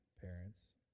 parents